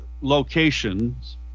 locations